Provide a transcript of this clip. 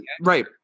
right